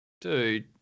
dude